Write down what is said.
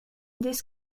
this